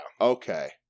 Okay